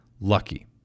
lucky